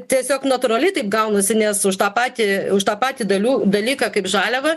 tiesiog natūrali gaunasi nes už tą patį už tą patį dalių dalyką kaip žaliavą